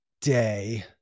day